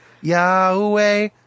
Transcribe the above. Yahweh